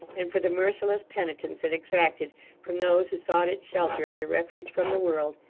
and for the merciless penitence it exacted from those who sought its shelter as a refuge from the world,